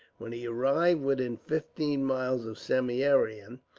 when he arrived within fifteen miles of samieaveram,